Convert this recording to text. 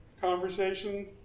conversation